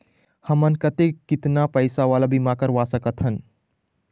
हमन कतेक कितना पैसा वाला बीमा करवा सकथन?